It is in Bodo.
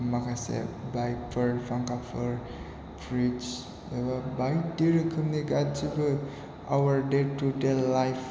माखासे बाइकफोर फांखाफोर फ्रिज एबा बायदि रोखोमनि गासैबो आवार डे टु डे लाइफ